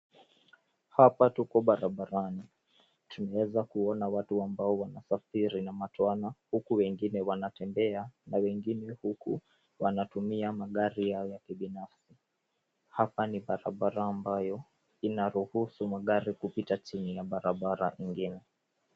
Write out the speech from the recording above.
Hapa tuko barabarani. Tunaweza kuona watu ambao wanasafiri na matwana huku wengine wanatembea na wengine huku wanatumia magari yao ya kibinafsi. Hapa ni barabara ambayo inaruhusu magari kupita chini ya barabara ingine.